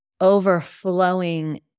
overflowing